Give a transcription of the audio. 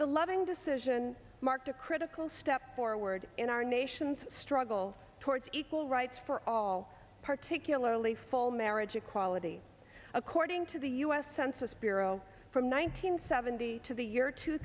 the loving decision marked a critical step forward in our nation's struggle towards equal rights for all particularly full marriage equality according to the u s census bureau one nine hundred seventy to the year two